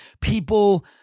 people